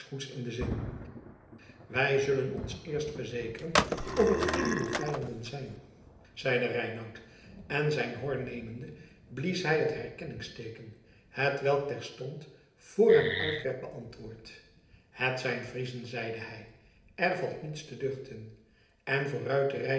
in den zin wij zullen ons eerst verzekeren of het vrienden of vijanden zijn zeide reinout en zijn hoorn nemende blies hij het herkenningsteeken hetwelk terstond vr hem uit werd beantwoord het zijn friezen zeide hij er valt niets te duchten en